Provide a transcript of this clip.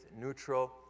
neutral